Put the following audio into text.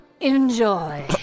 Enjoy